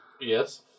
Yes